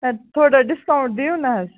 اَدٕ تھوڑا ڈِسکاوُنٛٹ دِیِو نَہ حظ